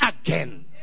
again